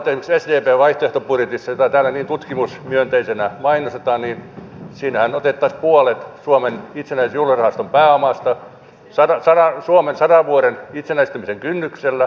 minä olen huomannut että esimerkiksi sdpn vaihtoehtobudjetissa jota täällä niin tutkimusmyönteisenä mainostetaan otettaisiin puolet suomen itsenäisyyden juhlarahaston pääomasta suomen sadan vuoden itsenäisyyden kynnyksellä